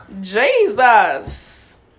Jesus